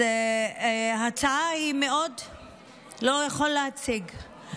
הוא לא יכול להציג.